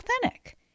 authentic